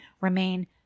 remain